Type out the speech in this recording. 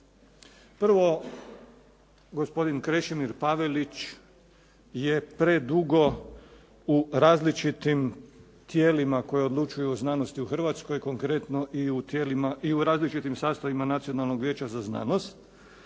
Prvo, gospodin Krešimir Pavelić je predugo u različitim tijelima koji odlučuju o znanosti u Hrvatskoj, konkretno i u različitim sastavima nacionalnog vijeća za znanost.